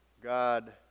God